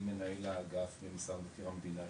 אני מנהל האגף במשרד מבקר המדינה,